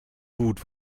gut